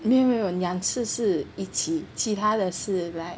没有没有两次是一起其他的是 right